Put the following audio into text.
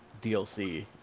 dlc